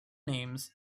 names